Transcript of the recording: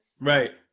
Right